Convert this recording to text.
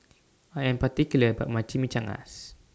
I Am particular about My Chimichangas